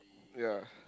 ya